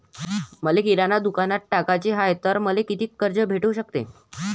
मले किराणा दुकानात टाकाचे हाय तर मले कितीक कर्ज भेटू सकते?